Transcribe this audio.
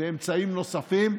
ואמצעים נוספים,